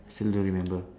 still don't remember